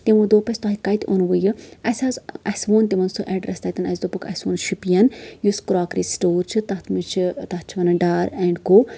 تِمو دوٚپ اسہِ تۄہہِ کتہِ اوٚنوٕ یہِ اَسہِ حظ اَسہِ ووٚن تِمن سُہ اٮ۪ڈرَس تتٮ۪ن اَسہِ دوٚپُکھ اَسہِ اوٚن شُپین یُس کراکری سٹور چھُ تَتھ منٛز چھِ تَتھ چھِ وَنان ڈار اینڈ کو